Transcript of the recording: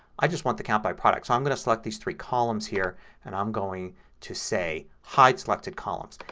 i just want the count by product. so i'm going to select these three columns here and i'm going to say hide selected columns.